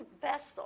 vessel